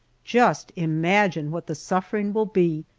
just imagine what the suffering will be,